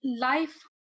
life